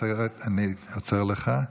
אני עוצר אותך.